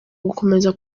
gukomeza